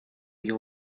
your